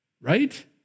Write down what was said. Right